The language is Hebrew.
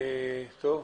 תודה